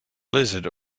blizzard